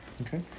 Okay